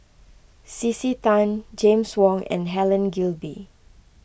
C C Tan James Wong and Helen Gilbey